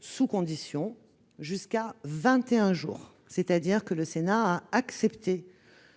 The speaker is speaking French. sous conditions, jusqu'à vingt et un jours. Il a donc accepté